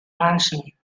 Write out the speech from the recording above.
manson